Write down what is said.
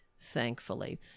thankfully